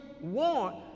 want